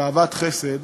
ואהבת חסד